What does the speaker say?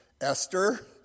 Esther